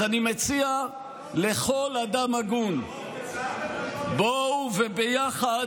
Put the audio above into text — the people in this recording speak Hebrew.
אז אני מציע לכל אדם הגון: בואו וביחד,